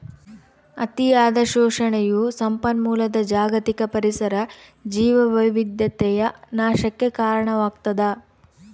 ಅತಿಯಾದ ಶೋಷಣೆಯು ಸಂಪನ್ಮೂಲದ ಜಾಗತಿಕ ಪರಿಸರ ಜೀವವೈವಿಧ್ಯತೆಯ ನಾಶಕ್ಕೆ ಕಾರಣವಾಗ್ತದ